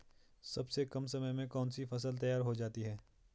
सबसे कम समय में कौन सी फसल तैयार हो जाती है?